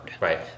Right